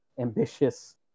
ambitious